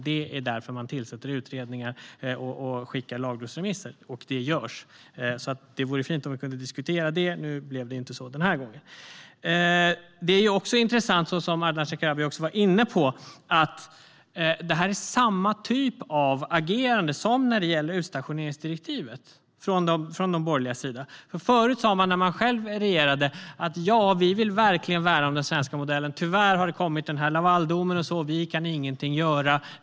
Det är därför man tillsätter utredningar och skickar lagrådsremisser. Detta görs, och det vore fint om vi kunde diskutera det. Nu blev det inte så den här gången. Som Ardalan Shekarabi var inne på är det intressant att detta är samma typ av agerande från de borgerligas sida som när det gäller utstationeringsdirektivet. När de själva regerade sa de: Vi vill verkligen värna om den svenska modellen, men tyvärr har Lavaldomen kommit.